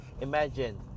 Imagine